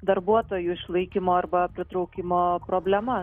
darbuotojų išlaikymo arba pritraukimo problema